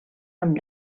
amb